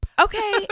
okay